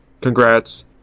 congrats